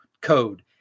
code